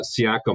Siakam